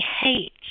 hate